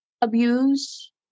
abuse